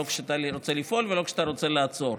לא כשאתה רוצה לפעול ולא כשאתה רוצה לעצור.